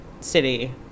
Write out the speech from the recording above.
city